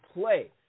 play